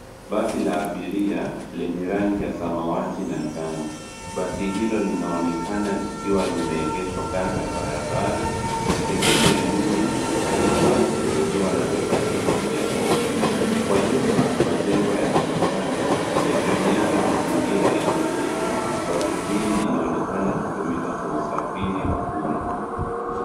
Basi la abiria lenye rangi ya samawati na njano. Basi hilo linaonekana likiwa limeegeshwa Kando ya barabara na sehemu ya nyuma inaonekana wazi ikiwa na vibandiko vya onyo. Kwa nyuma majengo yanaonekana yakionyesha mazingira ya mijini. Basi hili linaonekana kwa kutumika kwa usafiri wa umma